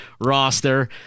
roster